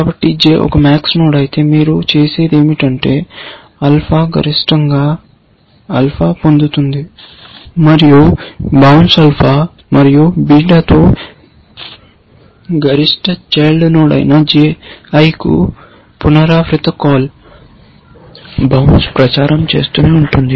కాబట్టి J ఒక MAX node అయితే మీరు చేసేది ఏమిటంటే ఆల్ఫా గరిష్టంగా ఆల్ఫా పొందుతుంది మరియు బౌన్స్ ఆల్ఫా మరియు బీటాతో గరిష్ట చైల్డ్ నోడ్ అయిన J కు పునరావృత కాల్ బౌన్స్ ప్రచారం చేస్తూనే ఉంటుంది